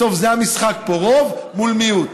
בסוף זה המשחק פה: רוב מול מיעוט.